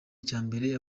icyambere